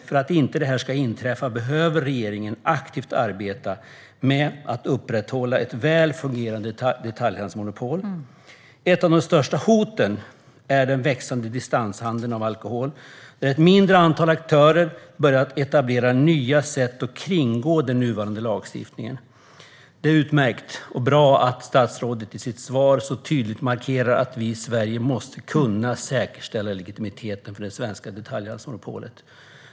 För att detta inte ska inträffa behöver regeringen arbeta aktivt med att upprätthålla ett väl fungerande detaljhandelsmonopol. Ett av de största hoten är den växande distanshandeln av alkohol, där ett mindre antal aktörer har börjat etablera nya sätt att kringgå den nuvarande lagstiftningen. Det är utmärkt att statsrådet i sitt svar så tydligt markerar att vi i Sverige måste kunna säkerställa legitimiteten för det svenska detaljhandelsmonopolet.